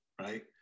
right